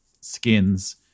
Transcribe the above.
skins